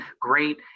great